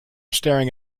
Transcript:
staring